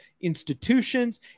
institutions